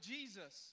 Jesus